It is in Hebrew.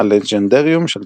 של טולקין.